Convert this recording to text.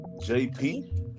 JP